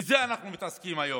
בזה אנחנו מתעסקים היום.